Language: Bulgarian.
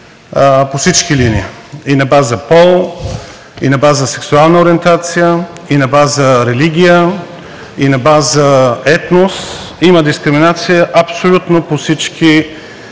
по всички линии – и на база пол, и на база сексуална ориентация, и на база религия, и на база етнос, има дискриминация абсолютно по всички